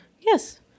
Yes